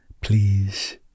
Please